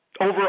over